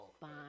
fine